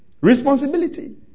Responsibility